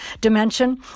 dimension